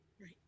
Right